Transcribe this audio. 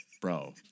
Bro